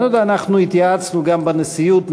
אנחנו התייעצנו גם בנשיאות,